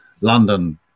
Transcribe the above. London